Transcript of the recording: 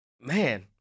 man